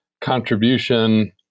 contribution